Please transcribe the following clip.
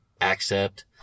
Accept